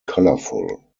colorful